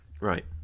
Right